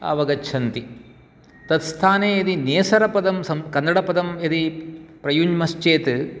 अवगच्छन्ति तत् स्थाने यदि नेसरपदं कन्नडपदं यदि प्रयुन्मश्चेत्